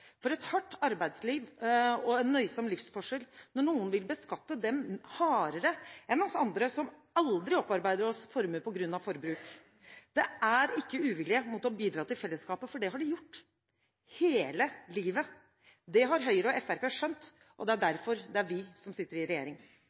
for et hardt arbeidsliv og en nøysom livsførsel, når noen vil beskatte dem hardere enn oss andre som aldri opparbeider oss formue på grunn av forbruk. Det er ikke uvilje mot å bidra til fellesskapet, for det har de gjort – hele livet. Det har Høyre og Fremskrittspartiet skjønt, og det er derfor det er vi som sitter i regjering.